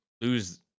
lose